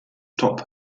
top